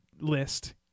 list